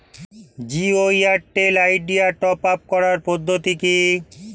Jio Airtel Idea top up করার পদ্ধতি কি?